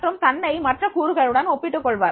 மற்றும் தன்னை மற்ற கூறுகளுடன் ஒப்பிட்டு கொள்வார்